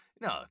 No